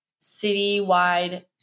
citywide